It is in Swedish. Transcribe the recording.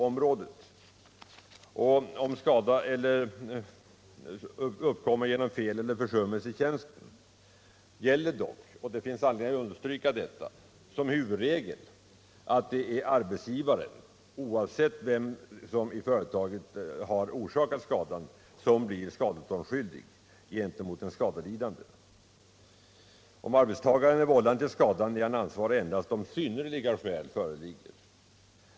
Om skada har uppkommit genom fel eller försummelse i tjänsten gäller dock — det finns anledning att understryka detta — såsom huvudregel att det är arbetsgivaren, oavsett vem i företaget som har orsakat skadan, som blir skadeståndsskyldig gentemot den skadelidande. Om arbetstagaren är vållande till skadan, är han ansvarig endast om synnerliga skäl föreligger.